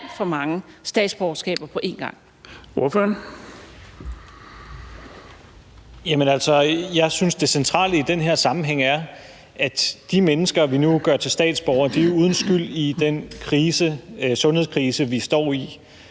Kl. 13:08 Rasmus Stoklund (S): Jamen altså, jeg synes, at det centrale i den her sammenhæng er, at de mennesker, vi nu gør til statsborgere, er uden skyld i den sundhedskrise, vi står i.